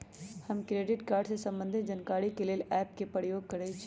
हम credit card से संबंधित जानकारी के लेल एप के प्रयोग करइछि